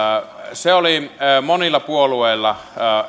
se oli monilla puolueilla